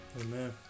Amen